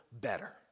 better